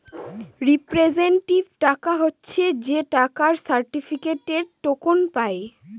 representative টাকা হচ্ছে যে টাকার সার্টিফিকেটে, টোকেন পায়